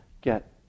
get